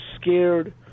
scared